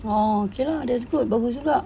orh okay lah that's good bagus juga